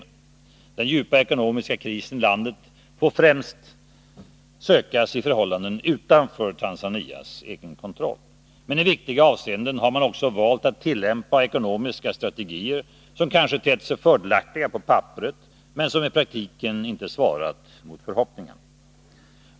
Förklaringen till den djupa ekonomiska krisen i landet får främst sökas i förhållanden utanför dess egen kontroll. Men i viktiga avseenden har man också valt att tillämpa ekonomiska strategier, som kanske tett sig fördelaktiga på papperet men som i praktiken inte svarat mot förhoppningarna.